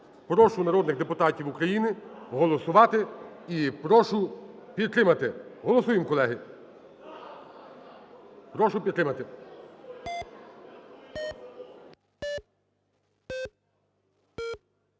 Прошу народних депутатів України голосувати і прошу підтримати. Голосуємо, колеги. Прошу підтримати.